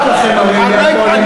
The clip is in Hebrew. כי לא אכפת לכם הרי מהפועלים המובטלים,